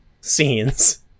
scenes